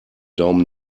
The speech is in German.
daumen